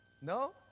No